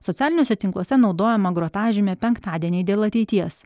socialiniuose tinkluose naudojamą grotažyme penktadienį dėl ateities